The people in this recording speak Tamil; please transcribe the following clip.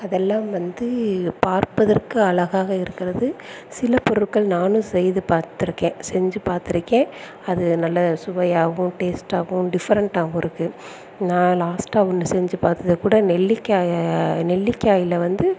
அதெல்லாம் வந்து பார்ப்பதற்கு அழகாக இருக்கிறது சில பொருட்கள் நானும் செய்து பார்த்துருக்கேன் செஞ்சு பார்த்துருக்கேன் அது நல்ல சுவையாகவும் டேஸ்ட்டாகவும் டிஃப்ரெண்டாகவும் இருக்குது நான் லாஸ்ட்டாக ஒன்று செஞ்சு பார்த்தது கூட நெல்லிக்காயை நெல்லிக்காயில் வந்து